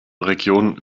region